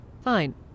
Fine